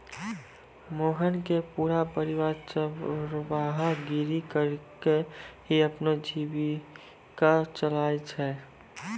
मोहन के पूरा परिवार चरवाहा गिरी करीकॅ ही अपनो जीविका चलाय छै